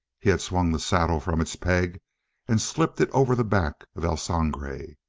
he had swung the saddle from its peg and slipped it over the back of el sangre,